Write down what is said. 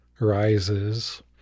rises